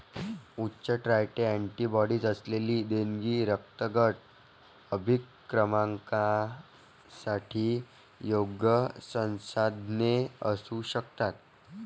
उच्च titre antibodies असलेली देणगी रक्तगट अभिकर्मकांसाठी योग्य संसाधने असू शकतात